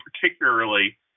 particularly